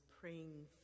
praying